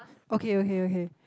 okay okay okay